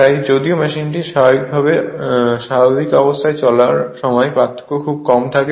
তাই যদিও মেশিনটি স্বাভাবিক অবস্থায় চলার সময় পার্থক্য খুব কম থাকে